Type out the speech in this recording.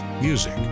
music